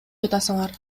жатасыңар